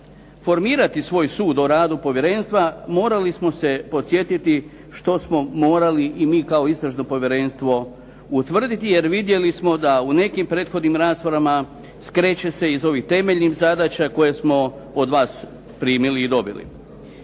formirati svoj sud o radu povjerenstva morali smo se podsjetiti što smo morali i mi kao istražno povjerenstvo utvrditi jer vidjeli smo da u nekim prethodnim raspravama skreće se iz ovih temeljnih zadaća koje smo od vas primili i dobili.